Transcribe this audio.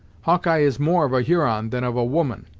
hawkeye is more of a huron than of a woman.